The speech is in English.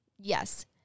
Yes